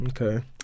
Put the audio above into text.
Okay